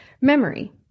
memory